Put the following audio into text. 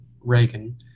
Reagan